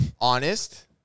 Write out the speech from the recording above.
Honest